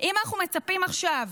אם אנחנו מצפים עכשיו